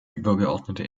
übergeordnete